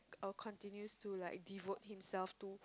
or continues to like devote himself to